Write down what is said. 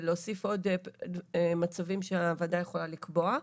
להוסיף עוד מצבים שהוועדה יכולה לקבוע.